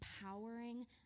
empowering